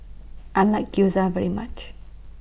I like Gyoza very much